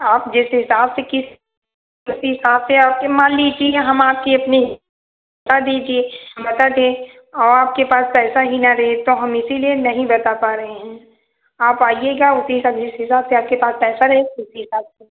आप जिस हिसाब से किश्त उसी हिसाब से आप ये मान लीजिए हम आपके अपने हें बता दीजिए हम बता दिए और आपके पास पैसा ही न रहे तो हम इसीलिए नहीं बता पा रहे हैं आप आइएगा उसी हिसाब जिस हिसाब से आपके पास पैसा रहेगा उसी हिसाब से